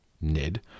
Ned